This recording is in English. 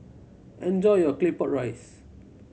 enjoy your Claypot Rice